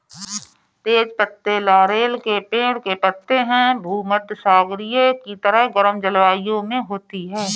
तेज पत्ते लॉरेल के पेड़ के पत्ते हैं भूमध्यसागरीय की तरह गर्म जलवायु में होती है